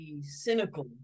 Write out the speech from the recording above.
cynical